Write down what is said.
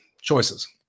choices